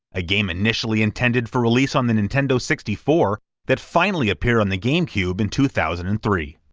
a game initially intended for release on the nintendo sixty four that finally appeared on the gamecube in two thousand and three.